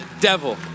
devil